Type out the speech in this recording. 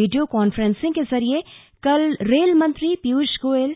video conferencing के जरिए कल रेल मंत्री पीयूष गोयल